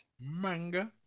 Manga